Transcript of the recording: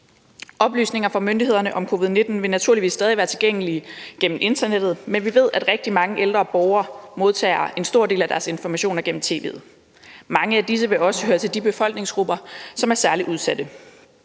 Oplysninger fra myndighederne om covid-19 vil naturligvis stadig være tilgængelige gennem internettet, men vi ved, at rigtig mange ældre borgere modtager en stor del af deres informationer gennem tv'et. Mange af disse vil også høre til de befolkningsgrupper, som er særlig udsatte,